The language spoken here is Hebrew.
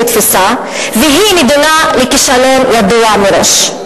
תפיסה והיא נידונה לכישלון ידוע מראש.